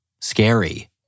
scary